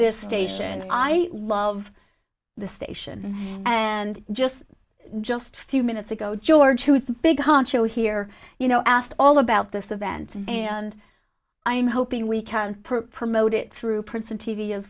this station i love the station and just just a few minutes ago george who is big honcho here you know asked all about this event and i'm hoping we can promote it through princeton t v as